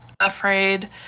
afraid